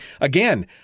again